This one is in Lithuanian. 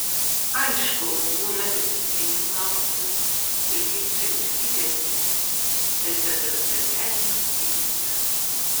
aišku būna principinių klausimų kai ginčai užsitęsia bet bendradarbiavimas vyksta